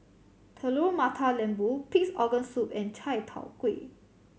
Telur Mata Lembu Pig's Organ Soup and Chai Tow Kuay